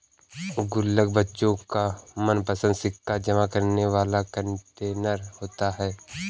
गुल्लक बच्चों का मनपंसद सिक्का जमा करने वाला कंटेनर होता है